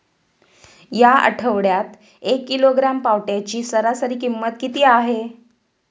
या आठवड्यात एक किलोग्रॅम पावट्याची सरासरी किंमत किती आहे?